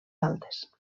altes